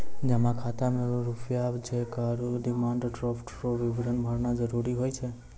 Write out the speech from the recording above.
जमा खाता मे रूपया चैक आरू डिमांड ड्राफ्ट रो विवरण भरना जरूरी हुए छै